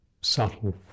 subtle